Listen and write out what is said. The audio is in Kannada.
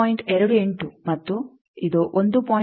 28 ಮತ್ತು ಇದು 1